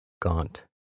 Gaunt